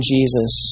Jesus